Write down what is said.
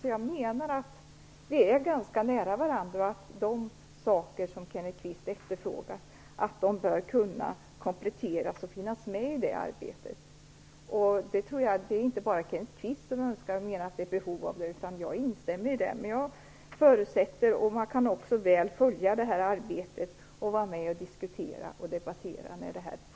Därför menar jag att vi står ganska nära varandra. Man bör kunna komplettera detta arbete med det som Det är inte bara Kenneth Kvist som önskar och menar att detta behov finns. Jag instämmer i det, men jag förutsätter att man kan följa Socialdepartementets arbete och fortlöpande vara med och diskutera och debattera.